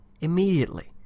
immediately